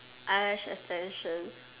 eyelash extension